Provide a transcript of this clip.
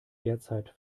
derzeit